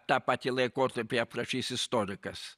tą patį laikotarpį aprašys istorikas